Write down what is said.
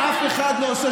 אם החוק הזה היה